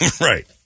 Right